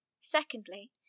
Secondly